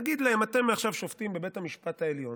נגיד להם: אתם עכשיו שופטים בבית המשפט העליון,